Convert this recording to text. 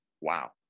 wow